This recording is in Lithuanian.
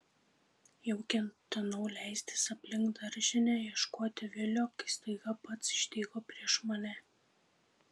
jau ketinau leistis aplink daržinę ieškoti vilio kai staiga pats išdygo prieš mane